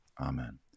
amen